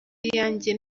iyanjye